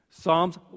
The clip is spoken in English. Psalms